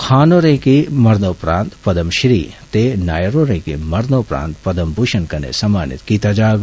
खान होरें गी मरनोपरांत पदम श्री ते नायर होरें गी मरनोपरांत पदम भूशण कन्नै सम्मानित कीता जाग